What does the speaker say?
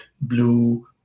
blue